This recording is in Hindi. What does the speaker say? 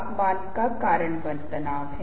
फिर क्या होता है कि आप अधिक सहज महसूस करते हैं